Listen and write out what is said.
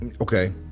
Okay